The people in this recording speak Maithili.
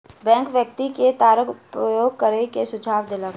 बैंक व्यक्ति के तारक उपयोग करै के सुझाव देलक